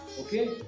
Okay